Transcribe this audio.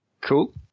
Cool